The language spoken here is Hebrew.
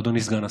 אדוני הסגן השר.